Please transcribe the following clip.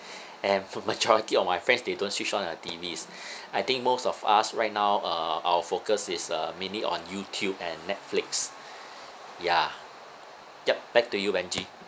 and for majority of my friends they don't switch on their T_Vs I think most of us right now uh our focus is uh mainly on YouTube and Netflix ya yup back to you benji